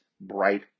bright